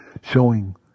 showing